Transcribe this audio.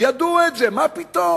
ידעו את זה, מה פתאום?